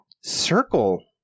Circle